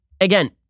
again